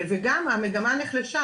וגם המגמה נחלשה,